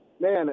Man